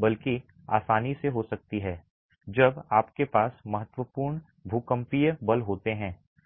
बल्कि आसानी से हो सकती है जब आपके पास महत्वपूर्ण भूकंपीय बल होते हैं